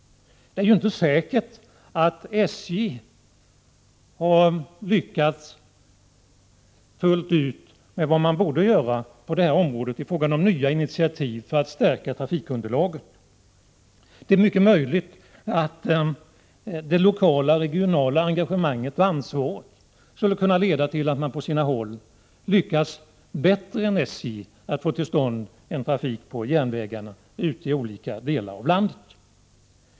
Det är ju inte säkert att SJ har lyckats fullt ut på detta område i fråga om nya initiativ för att stärka trafikunderlaget. Det är mycket möjligt att det lokala och regionala engagemanget — och ansvaret — skulle kunna leda till att man på sina håll lyckas bättre än SJ att få till stånd en trafik på järnvägarna i olika delar av landet.